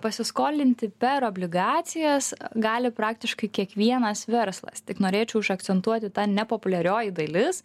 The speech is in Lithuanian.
pasiskolinti per obligacijas gali praktiškai kiekvienas verslas tik norėčiau užakcentuoti ta nepopuliarioji dalis